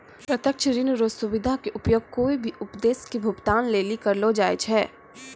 प्रत्यक्ष ऋण रो सुविधा के उपयोग कोय भी उद्देश्य के भुगतान लेली करलो जाय छै